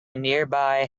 nearby